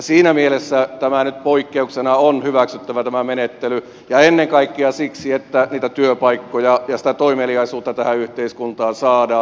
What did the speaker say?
siinä mielessä tä mä menettely poikkeuksena on nyt hyväksyttävä ja ennen kaikkea siksi että niitä työpaikkoja ja sitä toimeliaisuutta tähän yhteiskuntaan saadaan